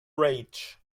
rage